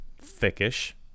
thickish